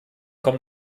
kommt